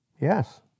Yes